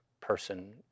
person